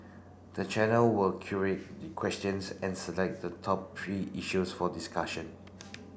the channel will curate the questions and select the top three issues for discussion